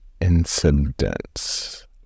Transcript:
incidents